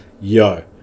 yo